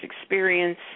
experience